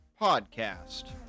podcast